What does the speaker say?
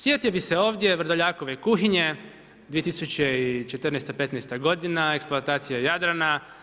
Sjetio bih se ovdje Vrdoljakove kuhinje 2014., 2015. godina, eksploatacija Jadrana.